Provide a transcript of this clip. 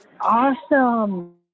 Awesome